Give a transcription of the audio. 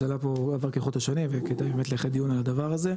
צריך לייחד באמת דיון על הדבר הזה,